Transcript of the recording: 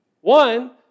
One